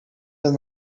met